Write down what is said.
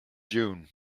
june